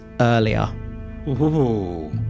earlier